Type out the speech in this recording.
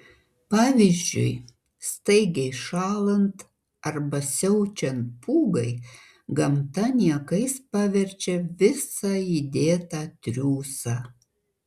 pavyzdžiui staigiai šąlant arba siaučiant pūgai gamta niekais paverčia visą įdėtą triūsą